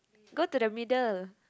go to the middle